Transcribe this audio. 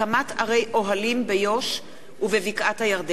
הקמת ערי אוהלים ביו"ש ובבקעת-הירדן,